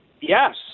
yes